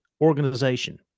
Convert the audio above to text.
organization